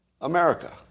America